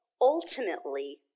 ultimately